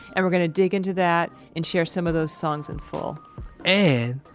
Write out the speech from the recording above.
and we're gonna dig into that and share some of those songs in full and,